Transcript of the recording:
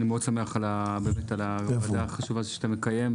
אני מאוד שמח על הדיון החשוב שאתה מקיים.